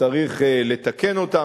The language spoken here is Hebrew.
וצריך לתקן אותן,